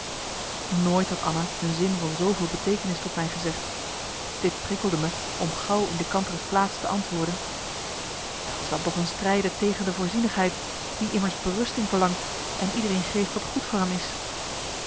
nooit had anna een zin van zooveel beteekenis tot mij gezegd dit prikkelde me om gauw in de kantere's plaats te antwoorden dat is dan toch een strijden tegen de voorzienigheid die immers berusting verlangt en iedereen geeft wat goed voor hem is